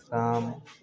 आं